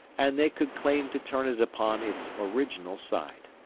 and they could claim to turn it upon its original side.